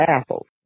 apples